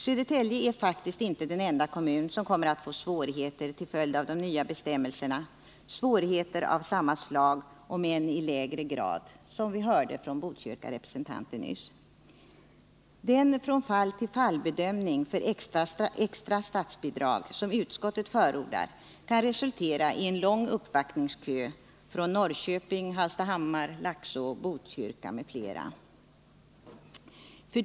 Södertälje är faktiskt inte den enda kommun som kommer att få svårigheter till följd av de nya bestämmelserna, svårigheter av samma slag, om än i mindre omfattning, som dem som vi hörde Botkyrkarepresentanten tala om nyss. Den från-fall-till-fall-bedömning för extra statsbidrag som utskottet förordar kan resultera i en lång uppvaktningskö från Norrköping, Hallstahammar, Laxå, Botkyrka m.fl. kommuner.